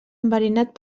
enverinat